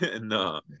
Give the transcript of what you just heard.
No